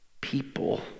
people